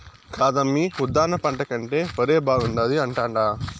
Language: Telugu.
కాదమ్మీ ఉద్దాన పంట కంటే ఒరే బాగుండాది అంటాండా